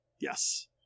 Yes